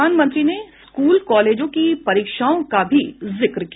प्रधानमंत्री ने स्कूल और कॉलेजों की परीक्षाओं का भी जिक्र किया